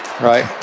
right